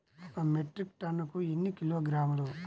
ఒక మెట్రిక్ టన్నుకు ఎన్ని కిలోగ్రాములు?